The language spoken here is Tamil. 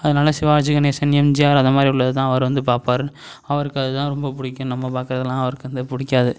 அதனால சிவாஜி கணேஷன் எம்ஜிஆர் அந்த மாதிரி உள்ளது தான் அவர் வந்து பார்ப்பாரு அவருக்கு அது தான் ரொம்ப பிடிக்கும் நம்ம பார்க்கறதுலாம் அவருக்கு வந்து பிடிக்காது